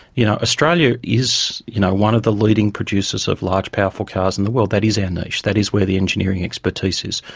you know australia is you know one of the leading producers of large, powerful cars in the world. that is our and niche that is where the engineering expertise is.